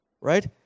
right